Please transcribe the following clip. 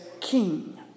king